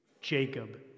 Jacob